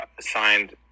signed